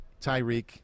Tyreek